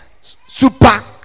super